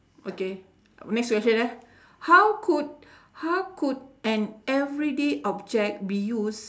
okay next question ah how could how could an everyday object be used